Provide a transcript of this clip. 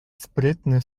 sprytny